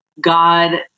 God